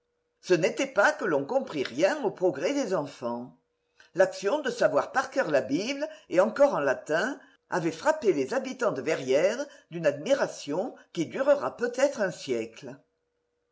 ce n'est pas que l'on comprît rien aux progrès des enfants l'action de savoir par coeur la bible et encore en latin avait frappé les habitants de verrières d'une admiration qui durera peut-être un siècle